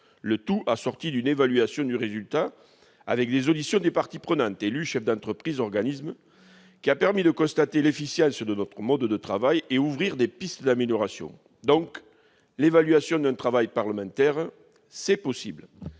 le tout assorti d'une évaluation du résultat, avec des auditions des parties prenantes- élus, chefs d'entreprise, organismes -, qui a permis de constater l'efficience de notre mode de travail et d'ouvrir des pistes d'amélioration. L'évaluation d'un travail parlementaire, c'est donc possible.